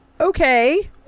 okay